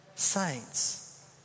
Saints